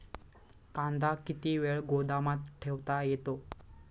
कांदा किती वेळ गोदामात ठेवता येतो?